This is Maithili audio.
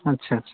अच्छा अच्छा